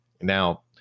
Now